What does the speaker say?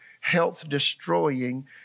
health-destroying